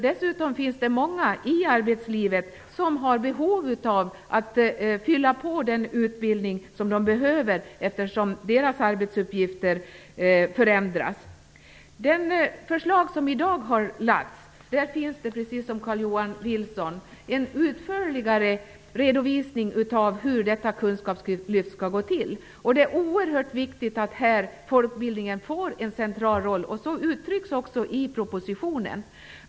Det finns dessutom många i arbetslivet som har behov av att fylla på den utbildning de har, eftersom deras arbetsuppgifter förändrats. I det förslag som lagts fram i dag finns det, precis som Carl-Johan Wilson sade, en utförligare redovisning av hur detta kunskapslyft skall gå till. Det är oerhört viktigt att folkbildningen här får en central roll, och det uttrycks också i propositionen.